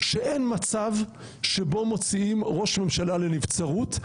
שאין מצב שבו מוציאים ראש ממשלה לנבצרות,